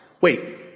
Wait